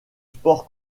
sport